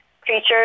creatures